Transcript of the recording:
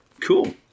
Cool